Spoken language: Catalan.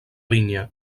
vinya